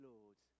Lord